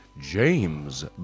James